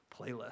playlist